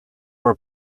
were